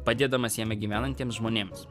padėdamas jame gyvenantiems žmonėms